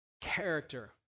character